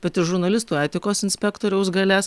bet ir žurnalistų etikos inspektoriaus galias